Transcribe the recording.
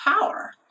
power